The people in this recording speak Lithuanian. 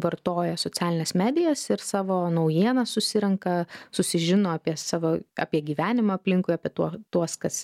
vartoja socialines medijas ir savo naujienas susirenka susižino apie savo apie gyvenimą aplinkui apie tuo tuos kas